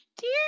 dear